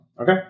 Okay